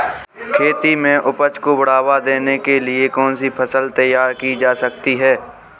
खेती में उपज को बढ़ावा देने के लिए कौन सी फसल तैयार की जा सकती है?